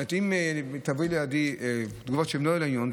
אם תעבירו לידיי תגובות שהן לא לעניין,